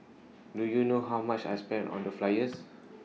do you know how much I spent on the flyers